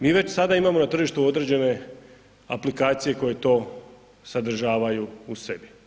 Mi već sada imamo na tržištu određene aplikacije koje to sadržavaju u sebi.